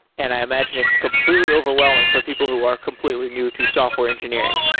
and i imagine it's completely overwhelming for people who are completely new to software engineering.